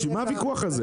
בשביל מה הוויכוח הזה?